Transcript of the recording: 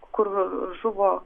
kur žuvo